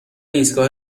ایستگاه